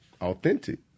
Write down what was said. authentic